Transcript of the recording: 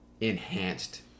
enhanced